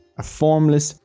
a formless,